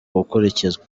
gukurikizwa